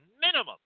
minimum